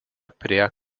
prie